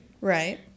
Right